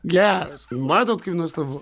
geras matot kaip nuostabu